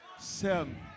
Seven